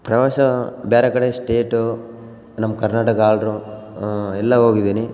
ಪ್ರವಾಸ ಬೇರೆ ಕಡೆ ಸ್ಟೇಟು ನಮ್ಮ ಕರ್ನಾಟಕ ಆದ್ರು ಎಲ್ಲ ಹೋಗಿದಿನಿ